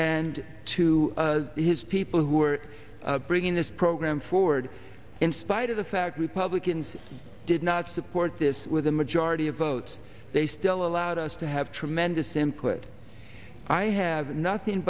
and to his people who are bringing this program forward in spite of the fact republicans did not support this with the majority of votes they still allowed us to have tremendous him quit i have nothing